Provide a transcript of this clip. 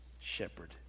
shepherd